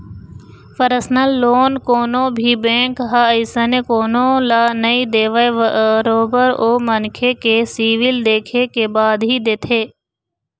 personal loan कोनो भी bank ह अइसने कोनो ल नइ देवय बरोबर ओ मनखे के सिविल देखे के बाद ही देथे